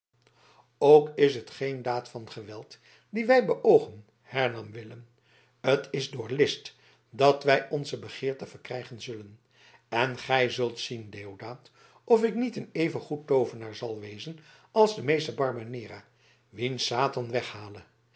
ook is het geen daad van geweld die wij beoogen hernam willem t is door list dat wij onze begeerte verkrijgen zullen en gij zult zien deodaat of ik niet een even goed toovenaar zal wezen als die meester barbanera wien satan weghale